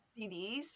CDs